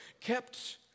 kept